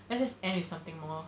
let's just end with something more